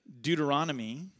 Deuteronomy